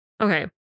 Okay